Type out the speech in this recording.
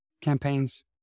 campaigns